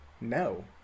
No